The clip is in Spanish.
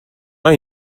hay